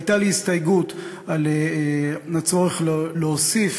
הייתה לי הסתייגות על הצורך להוסיף